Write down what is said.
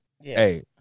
Hey